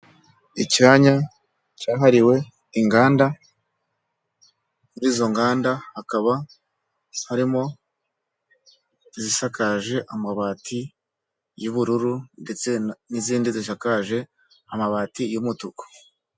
Icyanya cyahariwe inganda muri izo nganda hakaba harimo izisakaje amabati y'ubururu ndetse n'izindi zishakaje amabati y'umutuku.